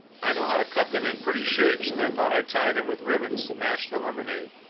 i know how to cut them in pretty shapes, and i thought i'd tie them with ribbons to match the lemonade.